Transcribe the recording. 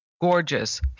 gorgeous